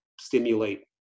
stimulate